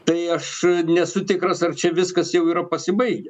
tai aš nesu tikras ar čia viskas jau yra pasibaigę